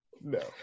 No